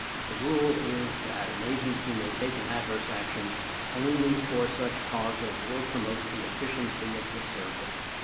the rule is that an agency may take an adverse action only for such causes will promote the efficiency of the service.